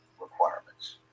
requirements